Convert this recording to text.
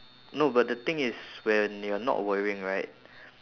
no but the thing is when you are not worrying right